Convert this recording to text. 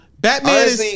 Batman